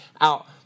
out